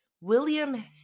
William